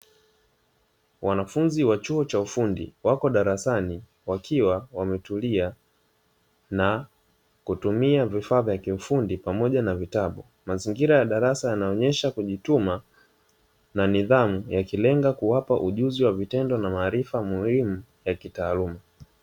Wanafunzi wa chuo cha ufundi wako darasani wakiwa wametulia na kutumia vifaa vya kiufundi pamoja na vitabu, mazingira ya darasa yanaonyesha kujituma na nidhamu ikilenga kuwapa ujuzi wa vitendo na maarifa muhimu ya kitaaluma.